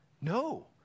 No